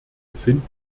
befinden